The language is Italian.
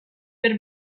per